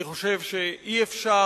אני חושב שאי-אפשר